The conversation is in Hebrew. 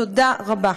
תודה רבה.